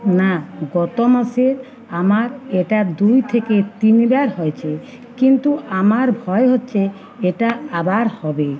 না গত মাসে আমার এটা দুই থেকে তিনবার হয়েছে কিন্তু আমার ভয় হচ্ছে এটা আবার হবে